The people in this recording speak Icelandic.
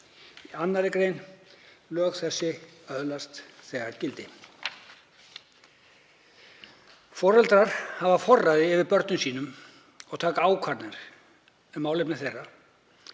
á um að lög þessi öðlist þegar gildi. Foreldrar hafa forræði yfir börnum sínum og taka ákvarðanir um málefni þeirra,